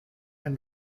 and